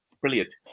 Brilliant